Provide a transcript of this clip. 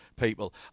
people